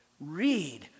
Read